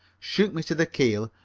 shook me to the keel,